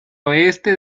oeste